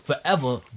Forever